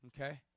okay